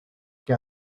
que